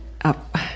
up